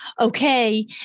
okay